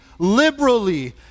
liberally